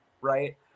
right